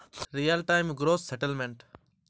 RTGS পুরো নাম কি?